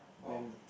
then